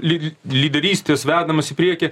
lyd lyderystės vedamas į priekį